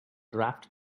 draft